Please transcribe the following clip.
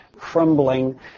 crumbling